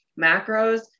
macros